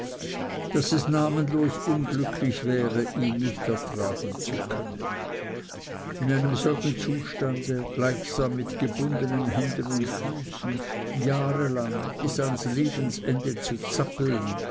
ein huhn namenlos unglücklich wäre ihn nicht ertragen könnte in einem solchen zustande gleichsam mit gebundenen händen und füßen jahrelang bis ans lebensende zu zappeln